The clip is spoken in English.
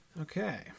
Okay